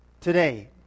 today